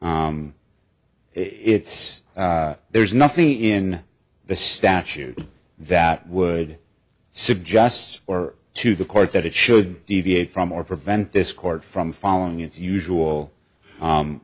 g it's there's nothing in the statute that would suggest or to the court that it should deviate from or prevent this court from following its usual